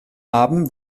haben